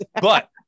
but-